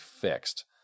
fixed